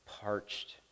parched